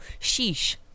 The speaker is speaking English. Sheesh